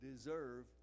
Deserve